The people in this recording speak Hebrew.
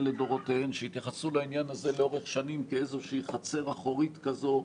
לדורותיהן שהתייחסו לעניין הזה לאורך שנים כאיזושהי חצר אחורית כזו,